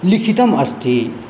लिखितम् अस्ति